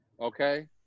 Okay